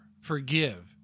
forgive